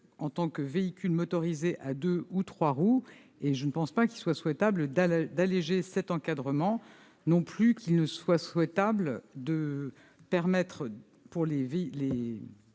en tant que véhicules motorisés à deux ou trois roues. Je ne pense pas qu'il soit souhaitable d'alléger cet encadrement non plus que de permettre aux véhicules